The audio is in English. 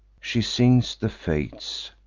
she sings the fates,